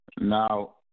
Now